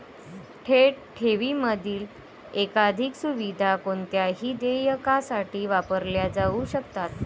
थेट ठेवींमधील एकाधिक सुविधा कोणत्याही देयकासाठी वापरल्या जाऊ शकतात